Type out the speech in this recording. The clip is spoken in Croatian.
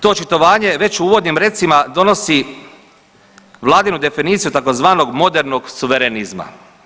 To očitovanje već u uvodnim recima donosi vladinu definiciju tzv. modernog suverenizma.